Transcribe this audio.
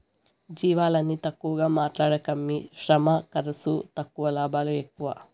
జీవాలని తక్కువగా మాట్లాడకమ్మీ శ్రమ ఖర్సు తక్కువ లాభాలు ఎక్కువ